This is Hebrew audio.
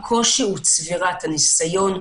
הקושי הוא צבירת הניסיון,